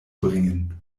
bringen